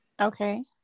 Okay